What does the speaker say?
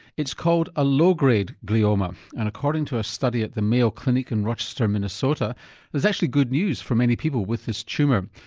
it's called a low grade glioma and according to a study at the mayo clinic in rochester minnesota there's actually good news for many people with this tumour.